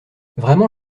vraiment